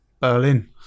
Berlin